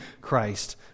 Christ